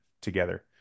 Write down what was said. together